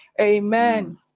Amen